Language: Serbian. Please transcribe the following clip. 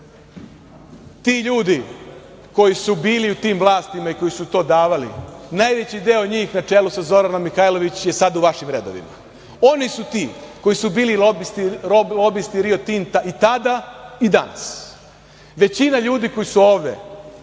Ti ljudi koji su bili u tim vlastima i koji su to davali, najveći deo njih na čelu sa Zoranom Mihajlović, je sada u vašim redovima. Oni su ti koji su bili lobisti „Rio Tinta“ i tada i danas. Većina ljudi koji su ovde